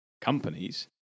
companies